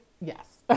Yes